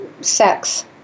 sex